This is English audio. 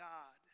God